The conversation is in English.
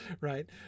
right